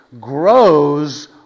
grows